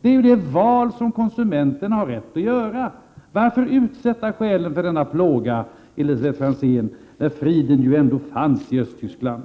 Det är detta val som konsumenterna har rätt att göra. Varför utsätta själen för denna plåga, Elisabet Franzén, när friden ändå fanns i Östtyskland?